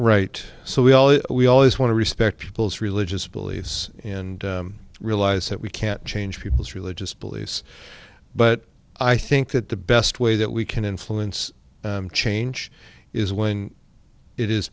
right so we all we always want to respect people's religious beliefs and realize that we can't change people's religious beliefs but i think that the best way that we can influence change is when it is